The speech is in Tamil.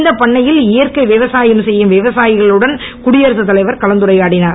இந்த பண்ணையில் இயற்கை விவசாயம் செய்யும் விவசாயிகளுடன் குடியரகத் தலைவர் கலந்துரையாடினார்